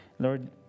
Lord